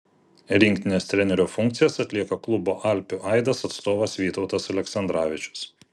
rinktinės trenerio funkcijas atlieka klubo alpių aidas atstovas vytautas aleksandravičius